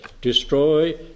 destroy